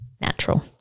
natural